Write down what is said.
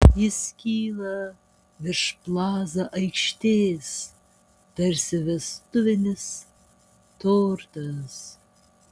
jis kyla virš plaza aikštės tarsi vestuvinis tortas